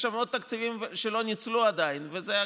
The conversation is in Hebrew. יש שם עוד תקציבים שלא ניצלו עדיין וזאת,